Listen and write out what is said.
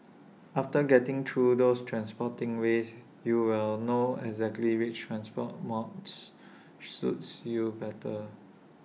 after getting through those transporting ways you will know exactly which transport modes suits you better